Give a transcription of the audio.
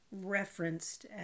referenced